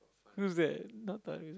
who's that not